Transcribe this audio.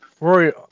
Rory